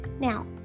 Now